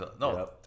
no